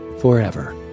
forever